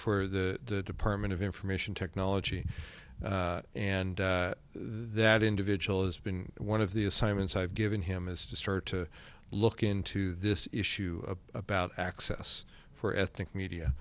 for the department of information technology and that individual has been one of the assignments i've given him is to start to look into this issue about access for ethnic media